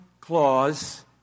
clause